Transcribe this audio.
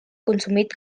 consumit